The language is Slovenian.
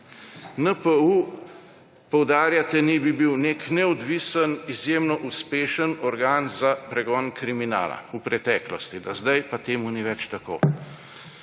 NPU poudarjate, naj bi bil nek neodvisen, izjemno uspešen organ za pregon kriminala v preteklosti, da zdaj pa temu ni več tako.